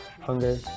Hunger